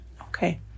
Okay